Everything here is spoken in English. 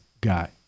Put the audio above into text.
guy